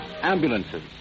ambulances